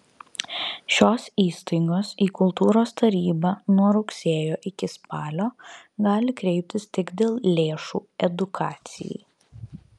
šios įstaigos į kultūros tarybą nuo rugsėjo iki spalio gali kreiptis tik dėl lėšų edukacijai